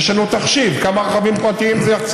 אם יהיה,